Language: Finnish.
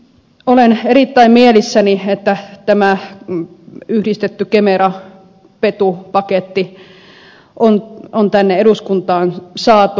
olen erittäin mielissäni että tämä yhdistetty kemerapetu paketti on tänne eduskuntaan saatu